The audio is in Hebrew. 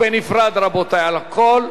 על כל חוק בנפרד.